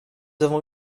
avons